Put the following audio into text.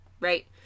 right